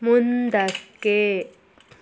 ಮುಂದಕ್ಕೆ